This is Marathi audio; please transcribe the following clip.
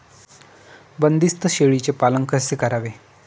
बंदिस्त शेळीचे पालन कसे करावे?